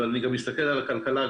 אבל גם כאזרח שמסתכל על הכלכלה.